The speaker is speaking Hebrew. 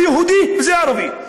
זה יהודי וזה ערבי.